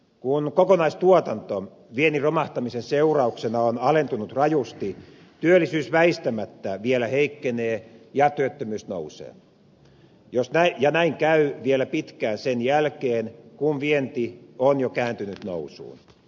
kun kokonaistuotanto viennin romahtamisen seurauksena on alentunut rajusti työllisyys väistämättä vielä heikkenee ja työttömyys nousee ja näin käy vielä pitkään sen jälkeen kun vienti on jo kääntynyt nousuun